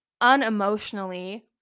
unemotionally